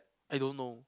I don't know